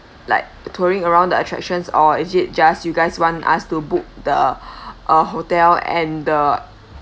like touring around the attractions or is it just you guys want us to book the uh hotel and the